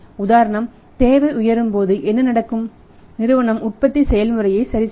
உதாரணம் தேவை உயரும் போது என்ன நடக்கும் நிறுவனம் உற்பத்தி செயல்முறையை சரிசெய்யும்